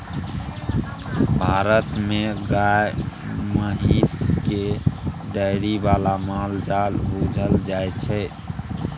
भारत मे गाए महिष केँ डेयरी बला माल जाल बुझल जाइ छै